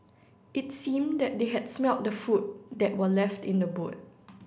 it seemed that they had smelt the food that were left in the boot